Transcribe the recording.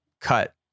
cut